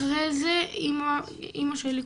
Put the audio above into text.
אחרי זה אמא שלי,